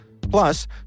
Plus